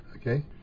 Okay